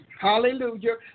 Hallelujah